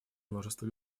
множество